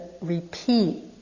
repeat